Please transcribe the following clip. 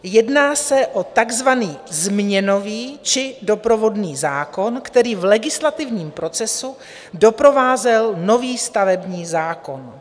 Jedná se o takzvaný změnový či doprovodný zákon, který v legislativním procesu doprovázel nový stavební zákon.